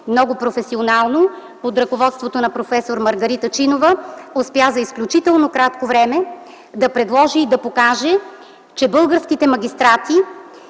много професионално, под ръководството на проф. Маргарита Чинова, успя за изключително кратко време да предложи и да покаже, че българските магистрати